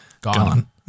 gone